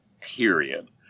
period